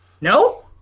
No